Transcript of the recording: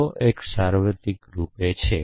જો x સાર્વત્રિક રૂપે છે